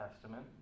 Testament